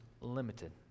limited